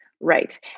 Right